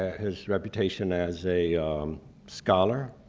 ah his reputation as a scholar,